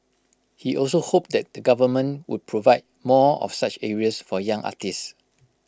he also hoped that the government would provide more of such areas for young artists